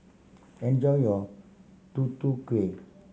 enjoy your Tutu Kueh